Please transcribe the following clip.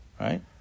Right